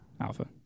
Alpha